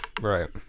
Right